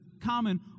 common